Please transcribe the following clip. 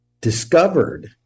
discovered